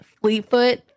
Fleetfoot